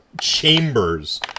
chambers